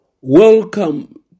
Welcome